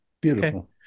beautiful